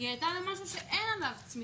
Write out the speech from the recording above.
היא הייתה למשהו שאין עליו צמיחה.